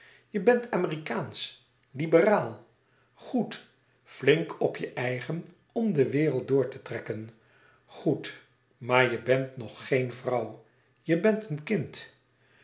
je bent amerikaansch liberaal goed flink op je eigen om de wereld door te trekken goed maar je bent nog geen vrouw je bent een kind